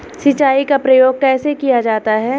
सिंचाई का प्रयोग कैसे किया जाता है?